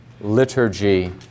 liturgy